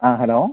ആ ഹലോ